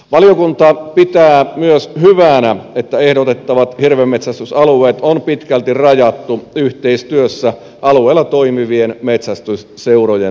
valiokunta pitää myös hyvänä että ehdotettavat hirvenmetsästysalueet on pitkälti rajattu yhteistyössä alueella toimivien metsästysseurojen kanssa